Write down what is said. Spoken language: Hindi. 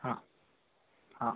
हाँ हाँ